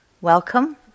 welcome